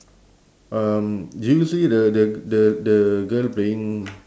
um do you see the the the the girl playing